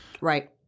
Right